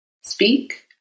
speak